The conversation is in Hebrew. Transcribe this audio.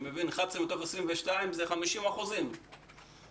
11 מתוך 22 זה 50%. זה לא מעט.